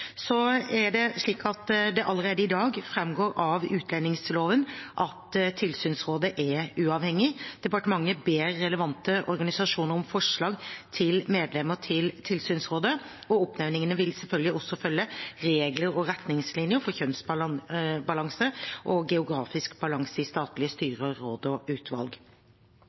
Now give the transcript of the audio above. Det framgår allerede i dag av utlendingsloven at tilsynsrådet er uavhengig. Departementet ber relevante organisasjoner om forslag til medlemmer til tilsynsrådet. Oppnevningene vil selvfølgelig også følge regler og retningslinjer for kjønnsbalanse og geografisk balanse i statlige styrer, råd og utvalg.